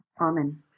Amen